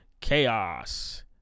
Chaos